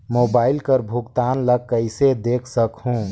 Mobile कर भुगतान ला कइसे देख सकहुं?